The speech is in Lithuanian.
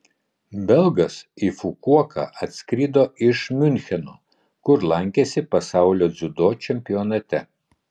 belgas į fukuoką atskrido iš miuncheno kur lankėsi pasaulio dziudo čempionate